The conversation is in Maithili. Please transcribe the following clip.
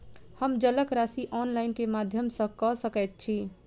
हम जलक राशि ऑनलाइन केँ माध्यम सँ कऽ सकैत छी?